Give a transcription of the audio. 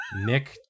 nick